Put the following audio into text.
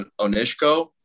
Onishko